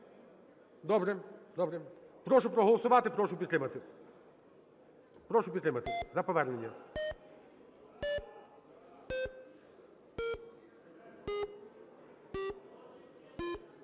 добре. Прошу проголосувати, прошу підтримати, прошу підтримати за повернення.